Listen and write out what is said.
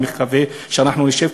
ואני מקווה שאנחנו נשב,